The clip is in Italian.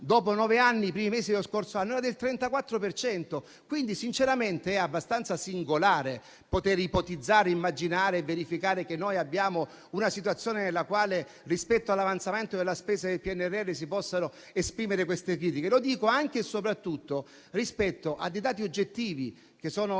dopo nove anni la spesa, i primi mesi dello scorso anno, era del 34 per cento. Quindi, sinceramente, è abbastanza singolare poter ipotizzare, immaginare e verificare che noi abbiamo una situazione nella quale, rispetto all'avanzamento della spesa del PNRR, si possano esprimere queste critiche. Lo dico anche e soprattutto rispetto a dei dati oggettivi, che sono il paragone